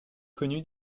connu